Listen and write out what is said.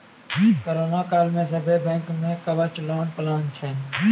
corona काल मे सभ्भे बैंक मे कवच लोन के प्लान छै